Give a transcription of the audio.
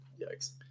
Yikes